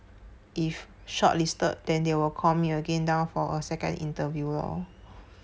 if shortlisted then they will call me again down for a second interview lor